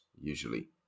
usually